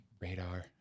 Radar